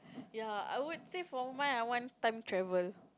ya I would say for mine I want time travel